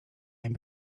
time